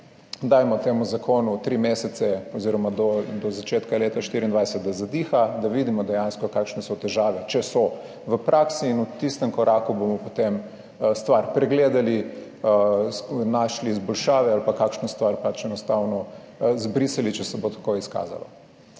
dajmo temu zakonu tri mesece, oz. do začetka leta 2024, da zadiha, da vidimo dejansko kakšne so težave, če so v praksi in v tistem koraku bomo, potem stvar pregledali, našli izboljšave ali pa kakšno stvar pač enostavno izbrisali, če se bo tako izkazalo.